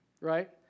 right